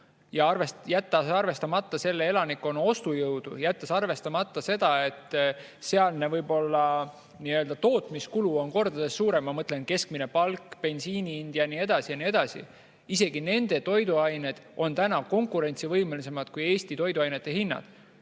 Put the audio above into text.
arvestamata selle elanikkonna ostujõudu, jätta arvestamata seda, et sealne nii-öelda tootmiskulu on kordades suurem, ma mõtlen keskmist palka, bensiinihinda ja nii edasi ja nii edasi, siis nende toiduainete hinnad on isegi täna konkurentsivõimelisemad kui Eesti toiduainete hinnad.